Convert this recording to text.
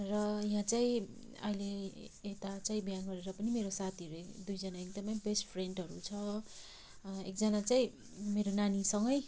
र यहाँ चाहिँ अहिले यता चाहिँ बिहे गरेर पनि मेरो साथीहरू एक दुईजना एकदमै बेस्ट फ्रेन्डहरू छ एकजना चाहिँ मेरो नानीसँगै